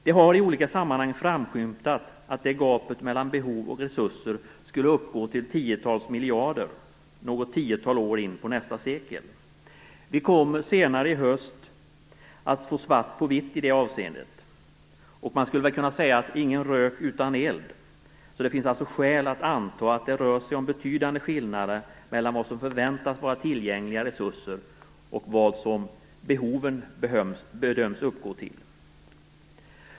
Det har i olika sammanhang framskymtat att gapet mellan behov och resurser skulle uppgå till tiotals miljarder något tiotal år in på nästa sekel. Vi kommer senare i höst att få svart på vitt i det avseendet, och man skulle väl kunna säga: Ingen rök utan eld! Det finns alltså skäl att anta att det rör sig om betydande skillnader mellan vad som förväntas vara tillgängliga resurser och vad behoven bedöms uppgå till.